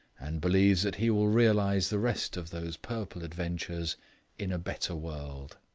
and believes that he will realize the rest of those purple adventures in a better world.